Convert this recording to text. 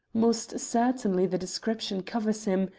most certainly the description covers him,